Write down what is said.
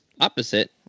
opposite